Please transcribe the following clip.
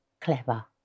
clever